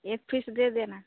एक पीस दे देना